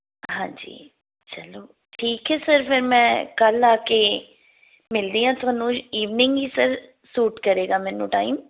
ਹਾਂਜੀ ਚਲੋ ਠੀਕ ਹੈ ਸਰ ਫਿਰ ਮੈਂ ਕੱਲ੍ਹ ਆ ਕੇ ਮਿਲਦੀ ਹਾਂ ਤੁਹਾਨੂੰ ਇਵਨਿੰਗ ਹੀ ਸਰ ਸੂਟ ਕਰੇਗਾ ਮੈਨੂੰ ਟਾਈਮ